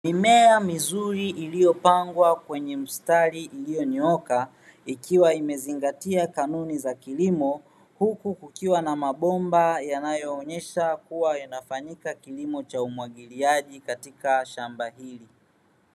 Mimea mizuri iliyopangwa kwenye mistari iliyonyooka, ikiwa imezingatia kanuni za kilimo, huku kukiwa na mabomba yanayoonyesha kuwa inafanyika kilimo cha umwagiliaji katika shamba hili.